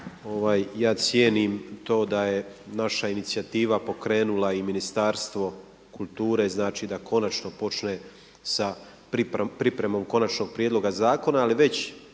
ja cijenim to da je naša inicijativa pokrenula i Ministarstvo kulture, znači da konačno počne sa pripremom konačnog prijedloga zakona ali već